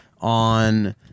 on